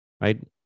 Right